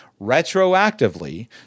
retroactively